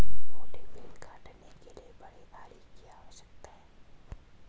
मोटे पेड़ काटने के लिए बड़े आरी की आवश्यकता है